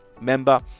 member